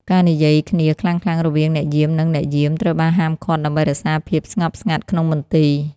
ការនិយាយគ្នាខ្លាំងៗរវាងអ្នកយាម និងអ្នកយាម ត្រូវបានហាមឃាត់ដើម្បីរក្សាភាពស្ងប់ស្ងាត់ក្នុងមន្ទីរ។